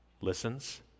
Listens